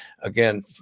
again